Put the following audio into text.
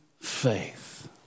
faith